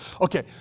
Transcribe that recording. Okay